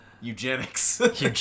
eugenics